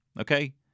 Okay